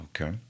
Okay